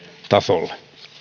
tasolle